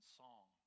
song